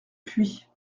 puy